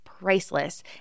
priceless